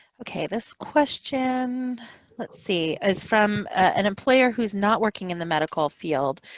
okay. this question let's see. is from an employer who's not working in the medical field.